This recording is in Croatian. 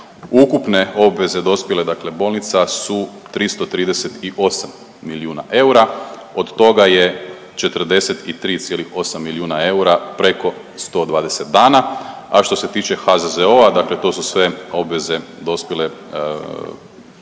ukupne obveze dospjele, dakle bolnica su 338 milijuna eura, od toga je 43,8 milijuna eura preko 120 dana, a što se tiče HZZO-a dakle to su sve obveze dospjele